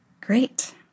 Great